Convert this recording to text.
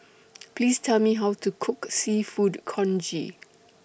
Please Tell Me How to Cook Seafood Congee